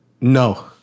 No